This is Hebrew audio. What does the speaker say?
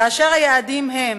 כאשר היעדים הם